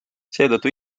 seetõttu